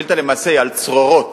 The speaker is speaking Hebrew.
השאילתא למעשה היא על צרורות,